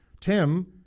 Tim